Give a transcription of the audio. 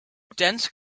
dense